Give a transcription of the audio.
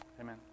Amen